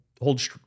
hold